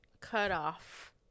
cutoff